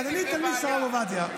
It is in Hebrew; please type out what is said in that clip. מאה אחוז.